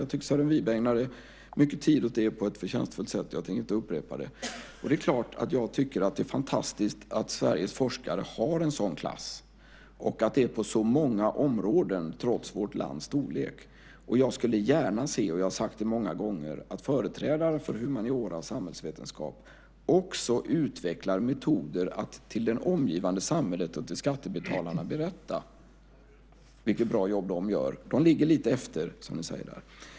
Jag tycker att Sören Wibe ägnade mycket tid åt det på ett förtjänstfullt sätt, och jag tänker inte upprepa det. Det är klart att jag tycker att det är fantastiskt att Sveriges forskare har en sådan klass och att det är på så många områden trots vårt lands storlek. Och jag skulle gärna se, vilket jag har sagt många gånger, att företrädare för humaniora och samhällsvetenskap också utvecklar metoder att för det omgivande samhället och för skattebetalarna berätta vilket bra jobb som de gör. De ligger lite efter där.